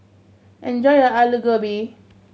enjoy your Alu Gobi